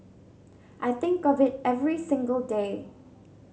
I think of it every single day